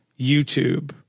YouTube